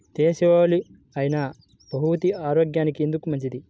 దేశవాలి అయినా బహ్రూతి ఆరోగ్యానికి ఎందుకు మంచిది?